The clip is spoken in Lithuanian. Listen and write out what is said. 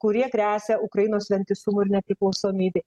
kurie gresia ukrainos vientisumui ir nepriklausomybei